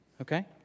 okay